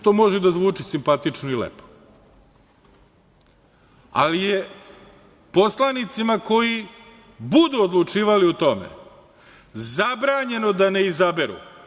To može da zvuči simpatično i lepo, ali je poslanicima koji budu odlučivali o tome zabranjeno da ne izaberu.